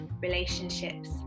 relationships